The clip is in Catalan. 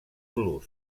blues